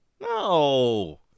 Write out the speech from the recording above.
No